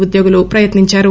ఉద్యోగులు ప్రయత్ని ంచారు